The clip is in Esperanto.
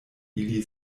ili